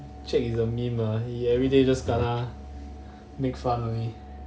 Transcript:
chek is a meme lah he everyday just kena next one only